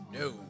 No